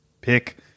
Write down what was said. pick